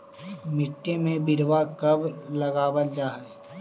मिट्टी में बिरवा कब लगावल जा हई?